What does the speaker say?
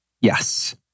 yes